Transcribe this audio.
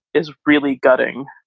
is really gutting,